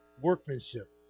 workmanship